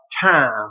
time